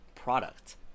product